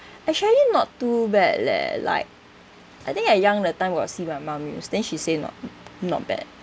actually not too bad leh like I think at young that time got see my mom use then she say not not bad